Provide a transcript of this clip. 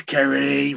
Kerry